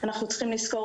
אנחנו גם צריכים לזכור